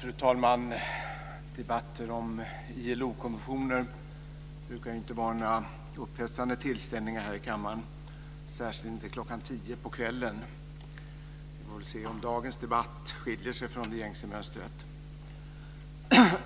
Fru talman! Debatter om ILO-konventioner brukar inte vara några upphetsande tillställningar här i kammaren, särskilt inte klockan tio på kvällen. Vi får väl se om dagens debatt skiljer sig från det gängse mönstret.